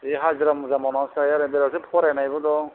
बे हाजिरा मुजिरा मावनानैसो जायो बेराफारसे फरायनायबो दं